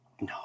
no